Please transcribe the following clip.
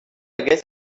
guess